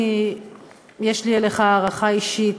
אף שיש לי אליך הערכה אישית,